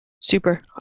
Super